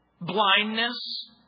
Blindness